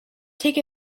take